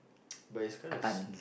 but it's kinda s~